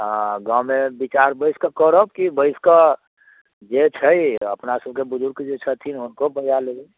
हँ गावँमे विचार बैसि कऽ करब की बैसकऽ जे छै अपना सबके बुजुर्ग जे छथिन हुनको बजा लेबै